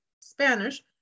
Spanish